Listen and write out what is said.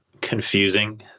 confusing